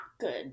good